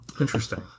interesting